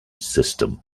system